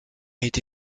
été